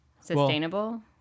sustainable